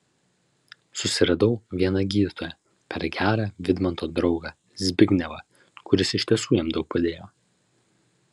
susiradau vieną gydytoją per gerą vidmanto draugą zbignevą kuris iš tiesų jam daug padėjo